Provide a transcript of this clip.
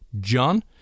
John